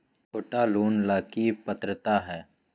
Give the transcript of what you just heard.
छोटा लोन ला की पात्रता है?